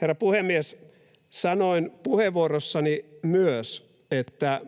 Herra puhemies! Sanoin puheenvuorossani myös, että